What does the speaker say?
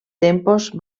tempos